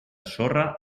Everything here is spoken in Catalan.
sorra